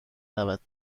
رود